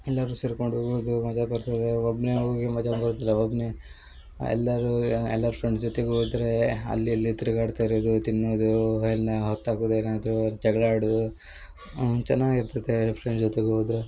ಎಲ್ಲರು ಸೇರ್ಕೊಂಡು ಹೋಗುದು ಮಜಾ ಬರ್ತದೆ ಒಬ್ಬನೇ ಹೋದ್ರೆ ಮಜಾ ಬರುದಿಲ್ಲ ಒಬ್ಬನೇ ಎಲ್ಲರು ಎಲ್ಲರ ಫ್ರೆಂಡ್ಸ್ ಜೊತೆ ಹೋದ್ರೆ ಅಲ್ಲಿ ಇಲ್ಲಿ ತಿರ್ಗಾಡ್ತಾ ಇರುದು ತಿನ್ನೋದು ಹೊತ್ತಾಕುದು ಏನಾದರು ಜಗಳ ಆಡುದು ಚೆನ್ನಾಗಿರ್ತೈತೆ ಫ್ರೆಂಡ್ಸ್ ಜೊತೆಗೆ ಹೋದ್ರೆ